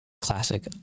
classic